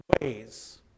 ways